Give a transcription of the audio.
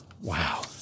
Wow